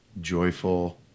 joyful